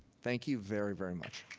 thank you very, very much.